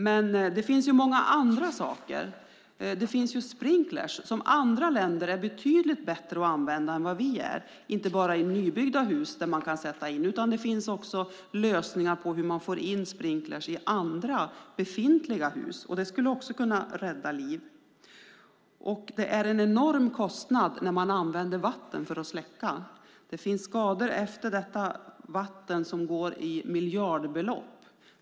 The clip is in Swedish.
Men det finns många andra saker. Det finns sprinkler som andra länder är betydligt bättre på att använda än vad vi är. Det är inte bara i nybyggda hus som man kan sätta in sådana. Det finns också lösningar för att få in sprinkler i befintliga hus. Det skulle också kunna rädda liv. Det blir en enorm kostnad när man använder vatten för att släcka. Det blir skador efter detta vatten som uppgår till miljardbelopp.